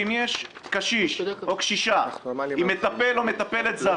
אם יש קשיש או קשישה עם מטפל זר או עם מטפלת זרה,